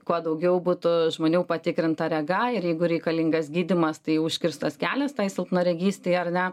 kuo daugiau būtų žmonių patikrinta rega ir jeigu reikalingas gydymas tai užkirstas kelias tai silpnaregystei ar ne